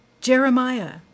jeremiah